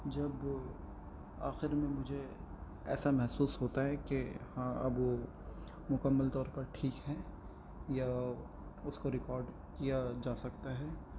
جب آخر میں مجھے ایسا محسوس ہوتا ہے کہ ہاں اب وہ مکمل طور پر ٹھیک ہے یا اس کو ریکارڈ کیا جا سکتا ہے